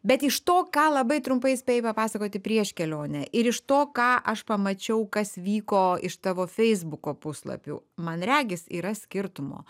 bet iš to ką labai trumpai spėjai papasakoti prieš kelionę ir iš to ką aš pamačiau kas vyko iš tavo feisbuko puslapių man regis yra skirtumo